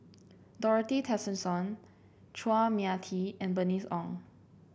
Dorothy Tessensohn Chua Mia Tee and Bernice Ong